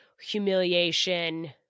humiliation